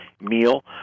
meal